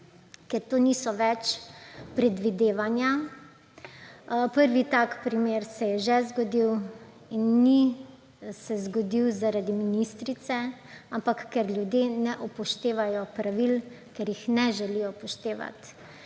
ker to niso več predvidevanja. Prvi tak primer se je že zgodil in ni se zgodil zaradi ministrice, ampak ker ljudje ne upoštevajo pravil, ker jih ne želijo upoštevati